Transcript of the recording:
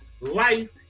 life